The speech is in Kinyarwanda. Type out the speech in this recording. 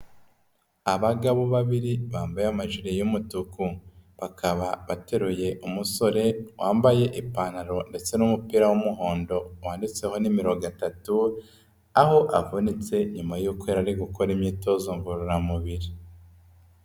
Abagabo babiri bambaye amajire y'umutuku, bakaba bateruye umusore wambaye ipantaro ndetse n'umupira w'umuhondo wanditseho nimero gatatu, aho avunitse nyuma yuko yari ari gukora imyitozo ngororamubiri.